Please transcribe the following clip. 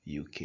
UK